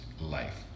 life